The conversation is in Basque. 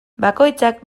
bakoitzak